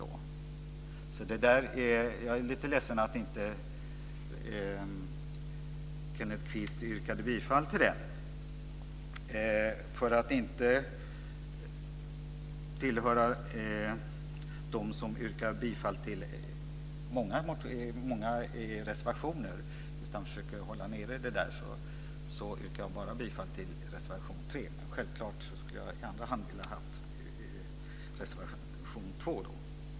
Jag är lite ledsen över att inte Kenneth Kvist yrkade bifall till den reservationen. För att inte tillhöra dem som yrkar bifall till många reservationer, för att i stället försöka hålla nere detta, yrkar jag bara bifall till reservation 3. Men självklart skulle jag i andra hand ha velat stödja reservation 2.